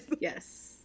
Yes